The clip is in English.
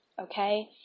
okay